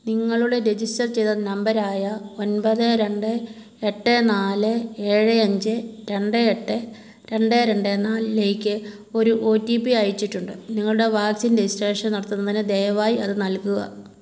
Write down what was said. നിങ്ങളുടെ രജിസ്റ്റർ ചെയ്ത നമ്പർ ആയ ഒൻപത് രണ്ട് എട്ട് നാല് ഏഴ് അഞ്ച് രണ്ട് എട്ട് രണ്ട് രണ്ട് നാലിലേക്ക് ഒരു ഒ ടി പി അയച്ചിട്ടുണ്ട് നിങ്ങളുടെ വാക്സിൻ രജിസ്ട്രേഷൻ നടത്തുന്നതിന് ദയവായി അത് നൽകുക